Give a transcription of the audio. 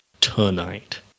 tonight